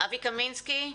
אבי קמינסקי,